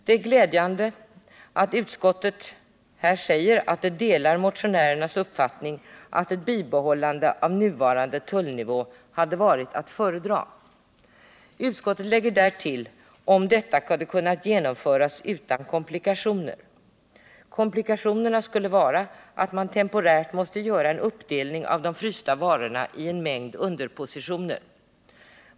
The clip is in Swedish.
Det är glädjande att utskottet här säger att det delar motionärernas uppfattning att ett bibehållande av nuvarande tullnivå hade varit att föredra. Utskottet lägger här till orden ”om detta kunnat genomföras utan några komplikationer”. Komplikationerna skulle vara att man temporärt måste göra en uppdelning av de frysta varorna i en mängd underpositioner.